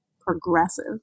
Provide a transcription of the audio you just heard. progressive